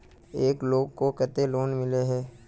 एक लोग को केते लोन मिले है?